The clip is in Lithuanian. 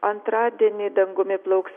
antradienį dangumi plauks